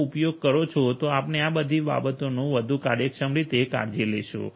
નો ઉપયોગ કરો છો તો આપણે આ બધી બાબતોનું વધુ કાર્યક્ષમ રીતે કાળજી લેશો